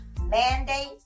mandate